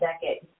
decade